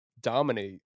dominate